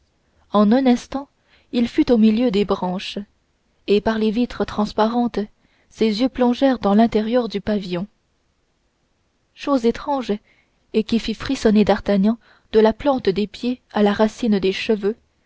en un instant il fut au milieu des branches et par les vitres transparentes ses yeux plongèrent dans l'intérieur du pavillon chose étrange et qui fit frissonner d'artagnan de la plante des pieds à la racine des cheveux